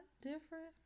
different